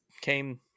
came